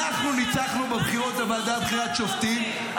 אנחנו ניצחנו בבחירות לוועדה לבחירת שופטים,